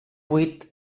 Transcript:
buit